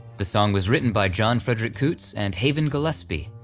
the song was written by john frederick coots and haven gillespie,